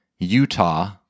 utah